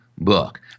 book